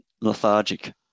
lethargic